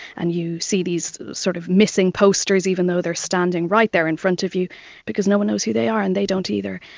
and you see these sort of missing posters, even though they are standing right there in front of you because no one knows who they are and they don't either.